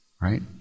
right